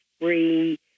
free